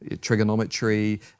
Trigonometry